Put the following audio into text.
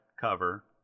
cover